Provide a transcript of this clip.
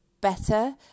better